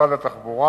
ומשרד התחבורה.